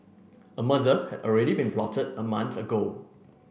a murder had already been plotted a month ago